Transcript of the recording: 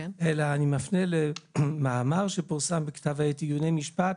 אלא אני מפנה למאמר שפורסם בכתב העת עיוני משפט,